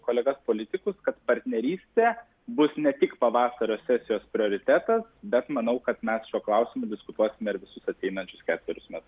kolegas politikus kad partnerystė bus ne tik pavasario sesijos prioritetas bet manau kad mes šiuo klausimu diskutuosime ir visus ateinančius ketverius metus